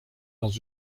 dans